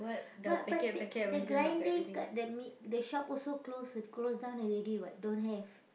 but but they they grinding got the mi~ the shop also close close down already [what] don't have